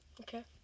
Okay